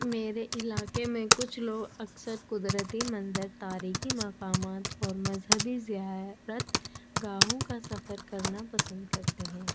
میرے علاقے میں کچھ لوگ اکثر قدرتی منظر تاریخ مقامات اور مذہبی زیارت گاہوں کا سفر کرنا پسند کرتے ہیں